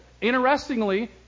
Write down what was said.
Interestingly